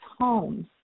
homes